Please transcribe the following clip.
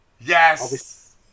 Yes